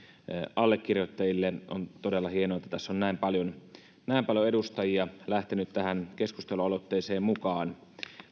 allekirjoittajille on todella hienoa että näin paljon edustajia on lähtenyt tähän keskustelualoitteeseen mukaan